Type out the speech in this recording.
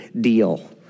deal